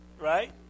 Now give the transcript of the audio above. Right